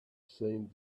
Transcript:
seemed